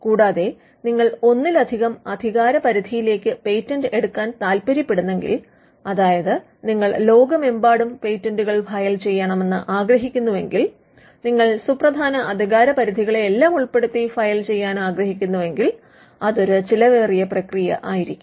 കൂടാതെ നിങ്ങൾ ഒന്നിലധികം അധികാരപരിധിയിലേക്ക് പേറ്റന്റ് എടുക്കാൻ താൽപ്പര്യപ്പെടുന്നെങ്കിൽ അതായതു നിങ്ങൾ ലോകമെമ്പാടും പേറ്റന്റുകൾ ഫയൽ ചെയ്യണമെന്ന് ആഗ്രഹിക്കുന്നുവെങ്കിൽ അതായത് നിങ്ങൾ സുപ്രധാന അധികാരപരിധികളെയെല്ലാം ഉൾപ്പെടുത്തി ഫയൽ ചെയ്യാൻ ആഗ്രഹിക്കുന്നുവെങ്കിൽ അത് ഒരു ചിലവേറിയ പ്രക്രിയ ആയിരിക്കും